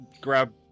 grab